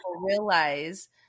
realize